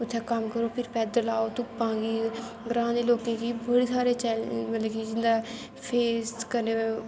उत्थें कम्म करो फिर पैद्दल आओ धुप्पा गी ग्रांऽ दे लोकें गी बड़े सारे चीजां फेल करने